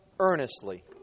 earnestly